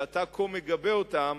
שאתה כה מגבה אותן,